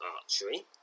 archery